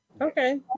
okay